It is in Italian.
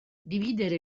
dividere